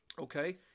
okay